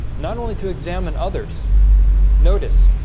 not only to examine others notice